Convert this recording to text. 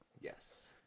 yes